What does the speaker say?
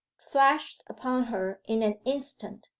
flashed upon her in an instant,